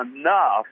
enough